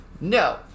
No